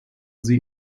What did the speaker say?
sie